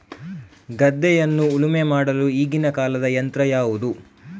ಗದ್ದೆಯನ್ನು ಉಳುಮೆ ಮಾಡಲು ಈಗಿನ ಕಾಲದ ಯಂತ್ರ ಯಾವುದು?